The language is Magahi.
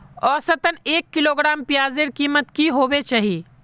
औसतन एक किलोग्राम प्याजेर कीमत की होबे चही?